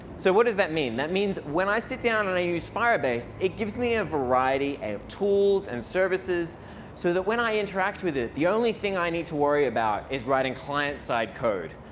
so what does that mean? that means when i sit down and i use firebase, it gives me a variety of tools and services so that when i interact with it, the only thing i need to worry about is writing client side code.